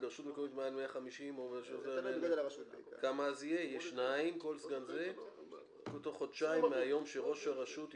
ו-15א1 אומר כמה מתוכם יקבלו שכר.